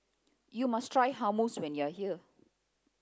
you must try Hummus when you are here